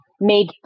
made